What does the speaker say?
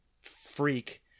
freak